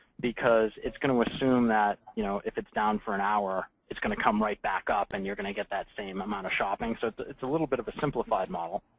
because it's going to assume that you know if it's down for an hour, it's going to come right back up and you're going to get that same amount of shopping. so it's a little bit of a simplified model,